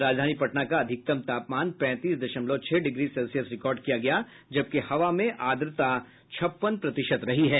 राजधानी पटना का अधिकतम तापमान पैंतीस दशमलव छह डिग्री सेल्सियस रिकॉर्ड किया गया जबकि हवा में आर्द्रता छप्पन प्रतिशत रही है